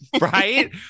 right